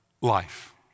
life